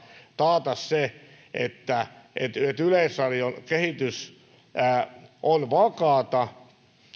taata se että yleisradion kehitys on vakaata